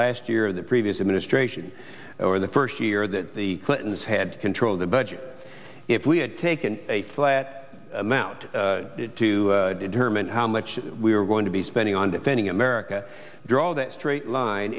last year of the previous administration or the first year that the clintons had to control the budget if we had taken a flat amount to determine how much we were going to be spending on defending america draw that straight line